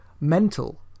mental